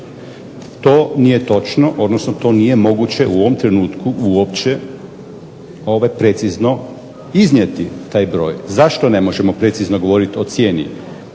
To nije točno, odnosno to nije moguće u ovom trenutku uopće precizno iznijeti taj broj. Zašto ne možemo precizno govorit o cijeni?